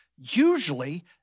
Usually